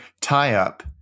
tie-up